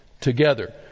together